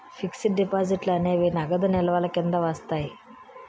fixed డిపాజిట్లు అనేవి నగదు నిల్వల కింద వస్తాయి